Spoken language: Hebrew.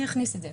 אני אכניס את זה,